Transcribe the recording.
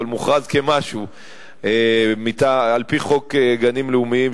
אבל מוכרז כמשהו על-פי חוק גנים לאומיים,